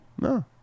No